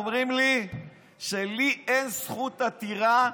אומרים לי שלי אין זכות עתירה,